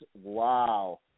Wow